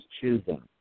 choosing